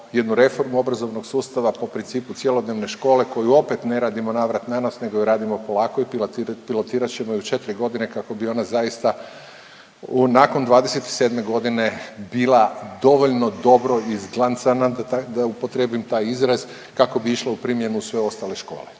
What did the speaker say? jednu reformu obrazovnog sustava po principu cjelodnevne škole koju opet ne radimo navrat nanos nego ju radimo polako i pilotirat ćemo ju 4 godine kako bi ona zaista u, nakon '27. godine bila dovoljno dobro izglancana da ta… da upotrijebim taj izraz kako bi išle u primjenu sve ostale škole.